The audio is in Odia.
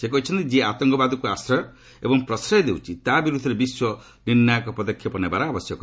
ସେ କହିଛନ୍ତି ଯିଏ ଆତଙ୍କବାଦକୁ ଆଶ୍ରୟ ଏବଂ ପ୍ରଶ୍ରୟ ଦେଉଛି ତା ବିରୁଦ୍ଧରେ ବିଶ୍ୱ ନିର୍ଣ୍ଣାୟକ ପଦକ୍ଷେପ ନେବା ଆବଶ୍ୟକ